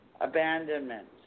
abandonment